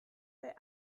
der